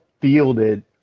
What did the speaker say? fielded